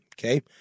okay